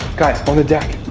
guys on the deck.